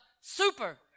super